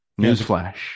Newsflash